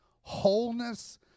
wholeness